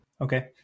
Okay